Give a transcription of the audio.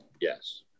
Yes